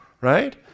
right